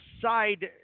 side